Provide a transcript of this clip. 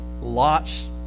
Lot's